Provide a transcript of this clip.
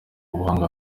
ubuhanga